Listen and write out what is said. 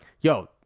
yo